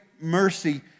mercy